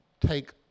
take